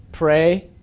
pray